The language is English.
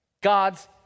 God's